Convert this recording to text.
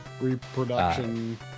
Reproduction